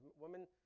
Women